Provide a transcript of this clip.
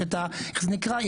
איך זה נקרא?